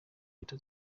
leta